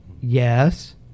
yes